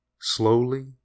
Slowly